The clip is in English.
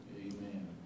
Amen